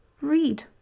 read